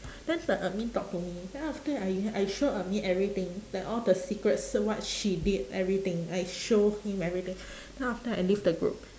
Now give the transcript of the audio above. then the admin talk to me then after that I I show admin everything like all the secrets what she did everything I show him everything then after that I leave the group